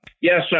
yes